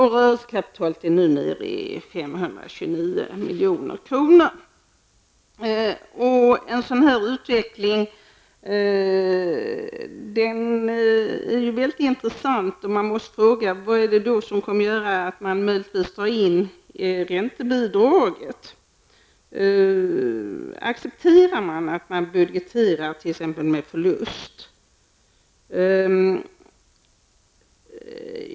Rörelsekapitalet är nu nere i 529 milj.kr. En sådan här utveckling är väldigt intressant att studera. Jag måste fråga: Vad är det då som kommer att göra att man möjligen drar in räntebidraget? Är det acceptabelt att t.ex. budgetera med förlust?